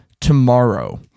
tomorrow